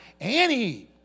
Annie